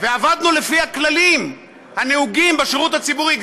ועבדנו לפי הכללים הנהוגים בשירות הציבורי,